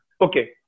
Okay